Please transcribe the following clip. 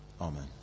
Amen